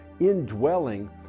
indwelling